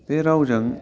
बे रावजों